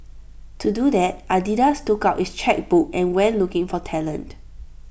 to do that Adidas took out its chequebook and went looking for talent